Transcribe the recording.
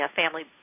family